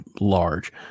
large